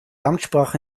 amtssprache